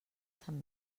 sant